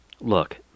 Look